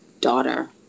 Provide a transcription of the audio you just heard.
daughter